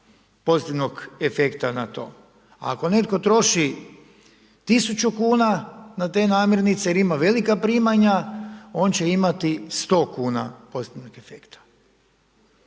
pozitivnog efekta na to. Ako netko troši 1000 kuna na te namirnice jer ima velika primanja, on će imati 100 kuna pozitivnog efekta.